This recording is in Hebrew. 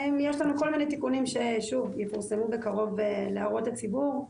יש לנו כל מיני תיקונים שיפורסמו בקרוב להערות הציבור.